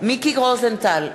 מיקי רוזנטל,